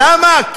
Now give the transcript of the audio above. למה?